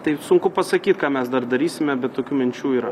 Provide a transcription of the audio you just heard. taip sunku pasakyt ką mes dar darysime bet tokių minčių yra